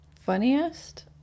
Funniest